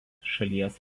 šalies